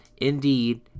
Indeed